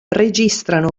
registrano